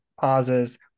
pauses